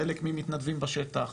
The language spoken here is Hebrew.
חלק ממתנדבים בשטח,